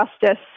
justice